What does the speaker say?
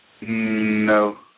No